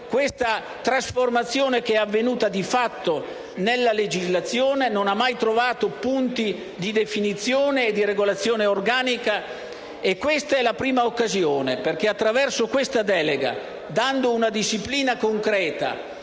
Questa trasformazione, che è avvenuta di fatto nella legislazione, non ha mai trovato punti di definizione e di regolazione organica, e questa è la prima occasione perché, attraverso questa delega, dando una disciplina concreta